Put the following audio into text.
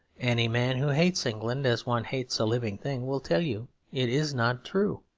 any man who hates england as one hates a living thing, will tell you it is not true.